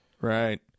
Right